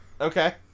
Okay